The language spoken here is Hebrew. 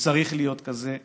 הוא צריך להיות כזה.